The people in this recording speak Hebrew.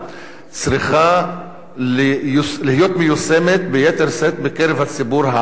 צריכה להיות מיושמת ביתר שאת בקרב הציבור הערבי,